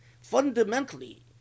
fundamentally